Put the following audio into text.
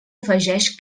afegeix